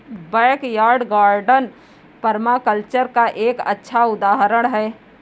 backyard garden permaculture का एक अच्छा उदाहरण हैं